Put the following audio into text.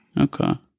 Okay